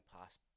past